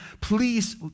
Please